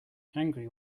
angry